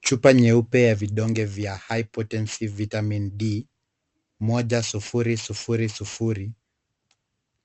Chupa nyeupe ya vidonge vya hypotensive vitamin D , moja sufuri sufuri sufuri,